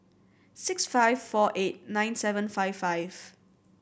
six five four eight nine seven five five